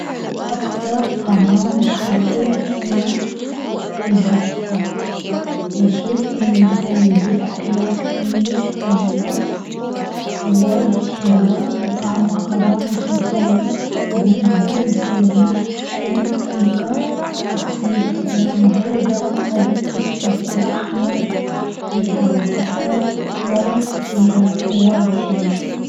أكتر طعام بحبه هو الباستا، بشوف أن هيدي الأكلة كتير طيبة، وواجد حلوة وطعمها واجد مثالي، وبنقدر نسويها بأي طريقة بتصير تكون بيضاء أو بالصوص الأحمر ليها وصفات واجد كتيرة وواجد حلوة.